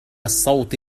الصوت